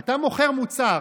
אתה מוכר מוצר,